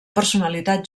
personalitat